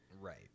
Right